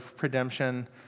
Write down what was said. redemption